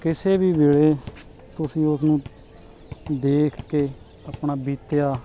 ਕਿਸੇ ਵੀ ਵੇਲੇ ਤੁਸੀਂ ਉਸਨੂੰ ਦੇਖ ਕੇ ਆਪਣਾ ਬੀਤਿਆ